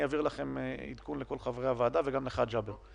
אעביר עדכון לכל חברי הוועדה, וגם לך ג'אבר חמוד.